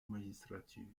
magistrature